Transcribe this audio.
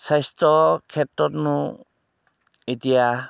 স্বাস্থ্য ক্ষেত্ৰতনো এতিয়া